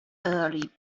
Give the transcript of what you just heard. early